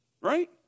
Right